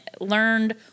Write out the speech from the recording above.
learned